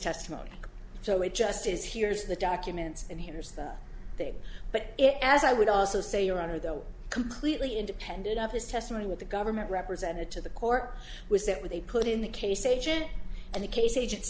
testimony so it just is here is the document and here's the thing but it as i would also say your honor though completely independent of his testimony what the government represented to the court was that when they put in the case agent and the case agent